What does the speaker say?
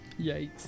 Yikes